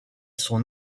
son